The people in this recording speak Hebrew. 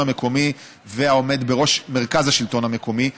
המקומי והעומד בראש מרכז השלטון המקומי.